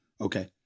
okay